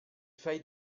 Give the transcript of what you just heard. faille